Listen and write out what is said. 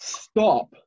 stop